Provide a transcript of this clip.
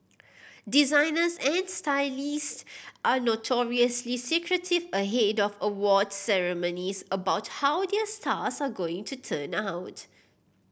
designers and stylist are notoriously secretive ahead of awards ceremonies about how their stars are going to turn out